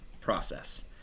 process